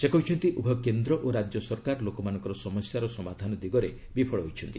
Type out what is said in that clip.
ସେ କହିଛନ୍ତି ଉଭୟ କେନ୍ଦ୍ର ଓ ରାଜ୍ୟ ସରକାର ଲୋକମାନଙ୍କର ସମସ୍ୟାର ସମାଧାନ ଦିଗରେ ବିଫଳ ହୋଇଛନ୍ତି